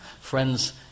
Friends